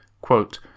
quote